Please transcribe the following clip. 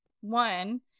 one